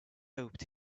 hoped